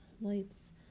lights